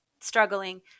struggling